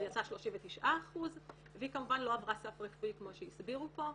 יצא 39% והיא כמובן לא עברה סף רפואי כמו שהסבירו פה.